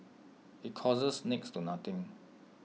IT costs next to nothing